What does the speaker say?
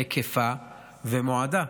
היקפה ומועדה.